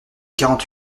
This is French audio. quarante